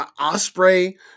Osprey